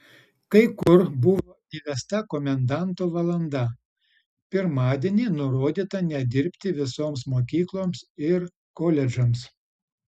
kai kur buvo įvesta komendanto valanda pirmadienį nurodyta nedirbti visoms mokykloms ir koledžams